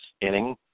inning